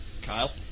Kyle